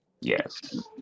Yes